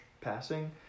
passing